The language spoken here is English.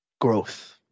growth